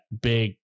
big